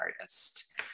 artist